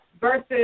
versus